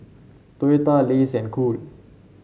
Toyota Lays and Cool